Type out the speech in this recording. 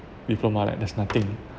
diploma like there's nothing